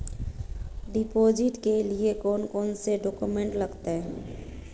Deposit के लिए कौन कौन से डॉक्यूमेंट लगते?